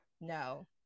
No